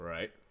Right